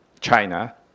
China